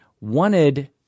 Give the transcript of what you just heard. wanted